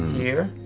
here,